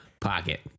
pocket